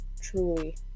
Truly